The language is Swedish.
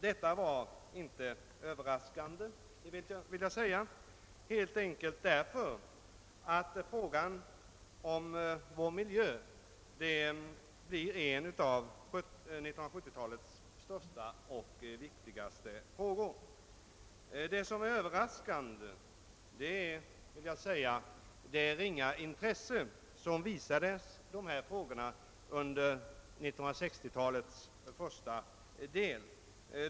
Detta var inte överraskande helt enkelt därför att frågan om vår miljö blir en av 1970-talets största och viktigaste. Det som är överraskande är det ringa intresse som visats dessa frågor under 1960-talets första del.